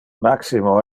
maximo